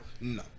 No